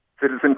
Citizen